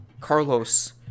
Carlos